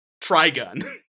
Trigun